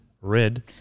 red